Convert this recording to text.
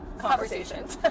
Conversations